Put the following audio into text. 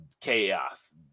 chaos